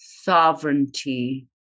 Sovereignty